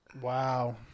Wow